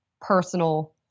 personal